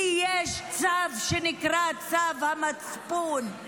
כי יש צו שנקרא צו המצפון,